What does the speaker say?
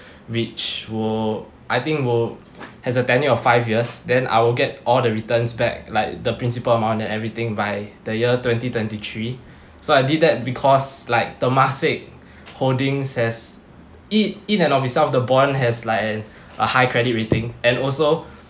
which will I think will as a tenure of five years then I will get all the returns back like the principal amount and everything by the year twenty twenty three so I did that because like temasek holdings has in in and of itself the bond has like a high credit rating and also